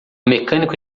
mecânico